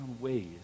ways